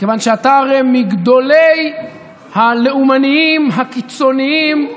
מכיוון שאתה מגדולי הלאומנים הקיצוניים,